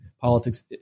politics